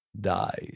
died